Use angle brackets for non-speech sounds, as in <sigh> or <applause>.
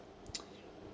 <noise>